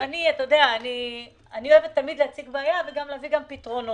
אני אוהבת תמיד להציג בעיה וגם להביא פתרונות.